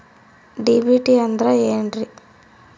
DBT ಅಂದ್ರ ಏನ್ರಿ?